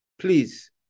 Please